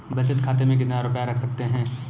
बचत खाते में कितना रुपया रख सकते हैं?